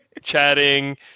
chatting